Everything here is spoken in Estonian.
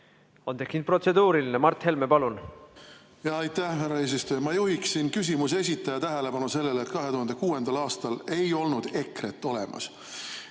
On tekkinud protseduuriline. Mart Helme, palun! Aitäh, härra eesistuja! Ma juhiksin küsimuse esitaja tähelepanu sellele, et 2006. aastal ei olnud EKRE-t olemas.